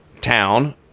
town